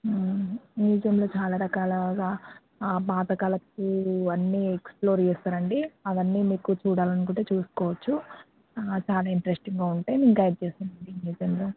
ఆ మ్యూజియంలో చాలా రకాల ఆ పాతకాలపు అన్నీ ఎక్సప్లోర్ చేస్తారు అండి అవి అన్నీ మీకు చూడాలనుకుంటే చూసుకోవచ్చు చాల ఇంట్రెస్టింగ్గా ఉంటాయి గైడ్ తీసుకుని